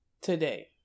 Today